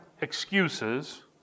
excuses